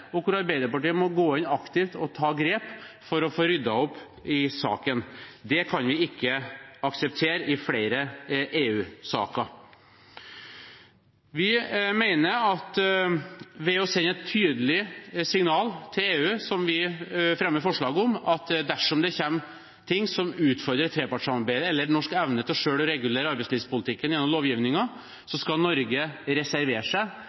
og hvor Arbeiderpartiet måtte gå inn aktivt og ta grep for å få ryddet opp i saken. Det kan vi ikke akseptere i flere EU-saker. Vi mener at ved å sende et tydelig signal til EU, slik vi fremmer forslag om, om at dersom det kommer ting som utfordrer trepartssamarbeidet eller norsk evne til selv å regulere arbeidslivspolitikken gjennom lovgivningen, skal Norge reservere seg.